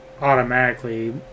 automatically